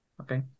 Okay